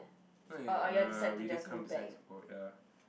what if we uh we didn't come to same spot ya